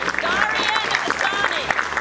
darian ehsani